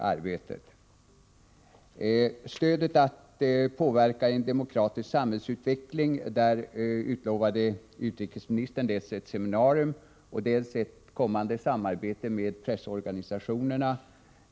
I fråga om stödet för att påverka en demokratisk samhällsutveckling i u-länder utlovade utrikesministern dels ett seminarium, dels ett kommande samarbete med svenska pressens organisationer.